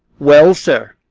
well, sir.